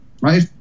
right